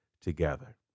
together